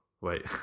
Wait